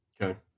Okay